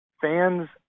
fans